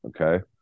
okay